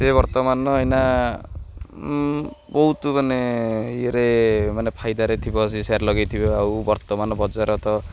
ସେ ବର୍ତ୍ତମାନ ଏଇନା ବହୁତ ମାନେ ଇଏରେ ମାନେ ଫାଇଦାରେ ଥିବ ସେ ସେୟାର୍ ଲଗେଇଥିବ ଆଉ ବର୍ତ୍ତମାନ ବଜାର ତ